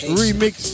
remix